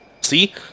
See